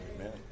Amen